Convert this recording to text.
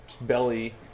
belly